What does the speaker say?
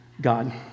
God